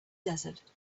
desert